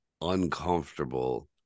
uncomfortable